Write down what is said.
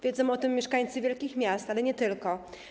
Wiedzą o tym mieszkańcy wielkich miast, ale nie tylko.